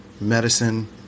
medicine